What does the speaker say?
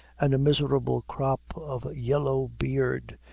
and a miserable crop of yellow beard,